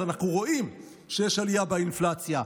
אז אנחנו רואים שיש עלייה באינפלציה.